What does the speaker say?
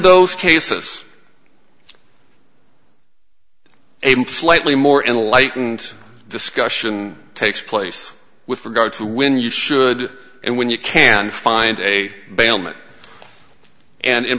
those cases slightly more enlightened discussion takes place with regard to when you should and when you can find a